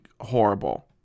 horrible